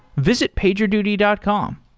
visit pagerduty dot com.